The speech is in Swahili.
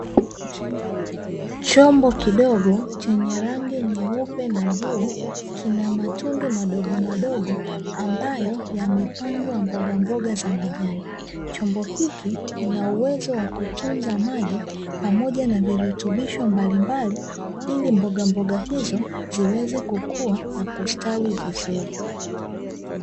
Chombo kidogo chenye rangi nyeupe na bluu kina matundu madogomadogo ambayo yamepandwa mbogamboga za majani. Chombo hiki kinauwezo wa kutunza maji pamoja na virutubisho mbalimbali ili mbogamboga izo ziweze kukuwa na kustawi vizuri.